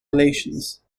relations